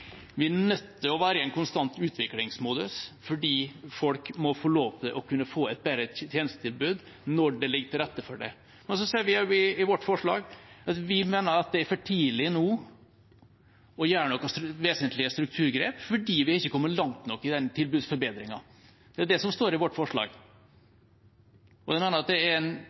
vi er nødt til å være i en konstant utviklingsmodus. Folk må få lov til å kunne få et bedre tjenestetilbud når det ligger til rette for det. Men vi sier også i vårt forslag at vi mener det er for tidlig nå å gjøre noen vesentlige strukturgrep fordi vi ikke har kommet langt nok i den tilbudsforbedringen. Det er det som står i vårt forslag. Det mener jeg er en reell måte å håndtere det på, en